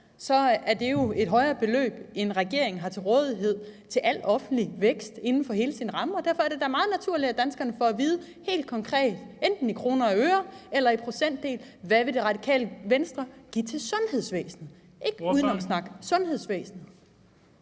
år, er det et højere beløb, end regeringen har til rådighed til al offentlig vækst inden for hele sin ramme. Derfor er det da meget naturligt, at danskerne får at vide helt konkret i enten kroner og øre eller i procentdel, hvad Det Radikale Venstre vil give til sundhedsvæsenet – ikke udenomssnak. Kl. 14:09 Den